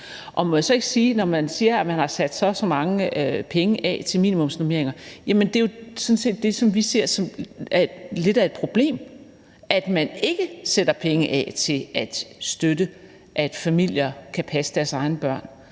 sige, at når man siger, at man har sat så og så mange penge af til minimumsnormeringer, så er det sådan set det, vi ser som lidt af et problem: At man ikke sætter penge af til at støtte, at familier kan passe deres egne børn,